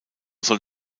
soll